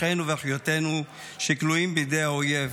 אחינו ואחיותינו שכלואים בידי האויב.